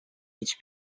hiç